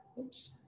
oops